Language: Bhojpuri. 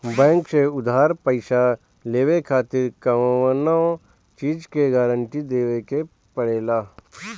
बैंक से उधार पईसा लेवे खातिर कवनो चीज के गारंटी देवे के पड़ेला